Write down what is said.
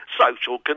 social